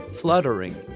fluttering